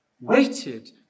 waited